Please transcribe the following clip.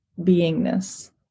beingness